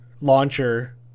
launcher